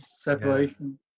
Separation